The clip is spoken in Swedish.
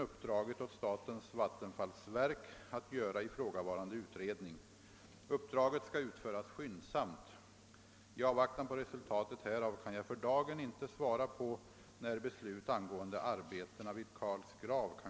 Jag avser att under året begära Kungl. Maj:ts bemyndigande att tillsätta den ifrågavarande utredningen.